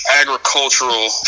agricultural